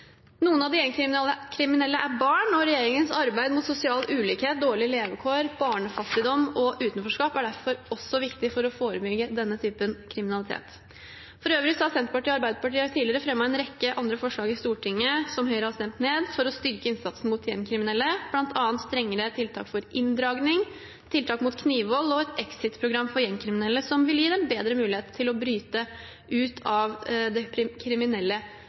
Noen av de gjengkriminelle er barn. Regjeringens arbeid mot sosial ulikhet, dårlige levekår, barnefattigdom og utenforskap er derfor også viktig for å forebygge denne typen kriminaliteten. For øvrig har Senterpartiet og Arbeiderpartiet tidligere fremmet en rekke andre forslag i Stortinget, som Høyre har stemt ned, for å styrke innsatsen mot gjengkriminelle, bl.a. strengere tiltak for inndragning, tiltak mot knivvold og et exit-program for gjengkriminelle. Exit-programmet vil gi dem bedre mulighet for å bryte ut av det kriminelle